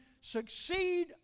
succeed